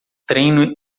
treino